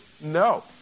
no